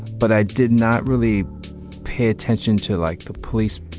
but i did not really pay attention to like the police,